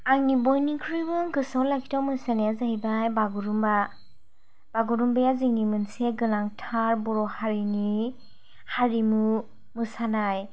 आंनि बयनिख्रुइबो गोसोयाव लाखिथाव मोसानाया जाहैबाय बागुरुमबा बागुरुमबाया जोंनि मोनसे गोनांथार बर' हारिनि हारिमु मोसानाय